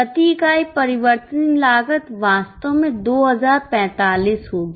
प्रति इकाई परिवर्तनीय लागत वास्तव में 2045 होगी